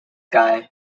guy